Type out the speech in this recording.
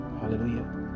Hallelujah